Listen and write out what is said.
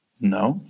no